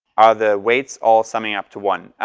are the weights all summing up to one?